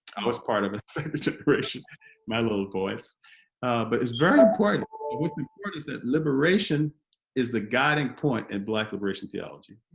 i was part of a second but generation my little voice but it's very important what's important is that liberation is the guiding point in black liberation theology